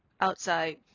outside